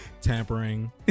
Tampering